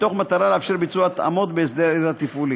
במטרה לאפשר ביצוע התאמות בהסדר התפעולי.